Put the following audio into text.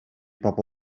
bobl